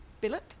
billet